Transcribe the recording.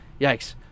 Yikes